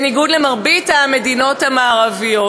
בניגוד למרבית המדינות המערביות.